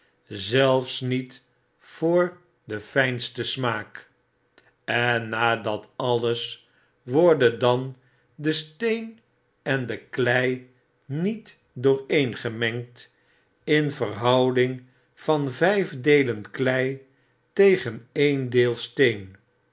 zelfs niet voor den fijnsten smaak en na dat alles worden dan de steen en de klei niet dooreen gemengd in verhouding van vyfdeelen klei tegen een deel steen